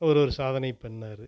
ஒரு ஒரு சாதனை பண்ணிணாரு